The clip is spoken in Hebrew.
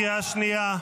קריאה שנייה.